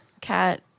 Cat